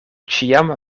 ĉiam